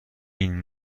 این